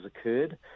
occurred